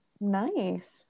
Nice